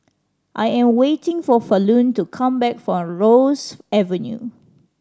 I am waiting for Falon to come back from Ross Avenue